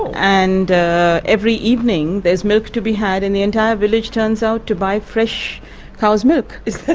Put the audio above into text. and every evening there's milk to be had and the entire village turns out to buy fresh cow's milk.